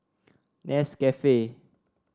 Nescafe